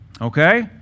Okay